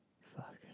Fuck